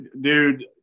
Dude